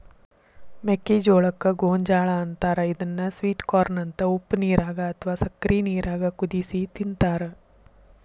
ಮೆಕ್ಕಿಜೋಳಕ್ಕ ಗೋಂಜಾಳ ಅಂತಾರ ಇದನ್ನ ಸ್ವೇಟ್ ಕಾರ್ನ ಅಂತ ಉಪ್ಪನೇರಾಗ ಅತ್ವಾ ಸಕ್ಕರಿ ನೇರಾಗ ಕುದಿಸಿ ತಿಂತಾರ